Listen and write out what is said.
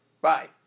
Bye